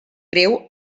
greu